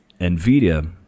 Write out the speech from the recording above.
NVIDIA